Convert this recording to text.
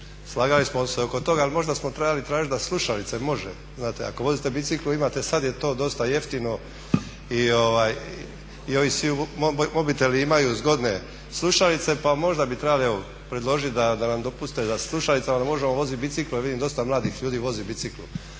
godinu o tom razgovarali, ali možda smo trebali tražiti da slušalice može. Znate ako vozite bicikl, imate, sad je to dosta jeftino i ovi svi mobiteli imaju zgodne slušalice, pa možda bi trebali predložiti da nam dopuste sa slušalicama možemo voziti bicikl, jer vidim dosta mladih ljudi vozi bicikl.